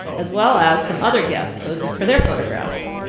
as well as some other guests posing for their photographs.